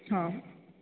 ହଁ